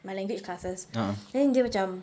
my language classes then dia macam